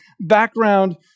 background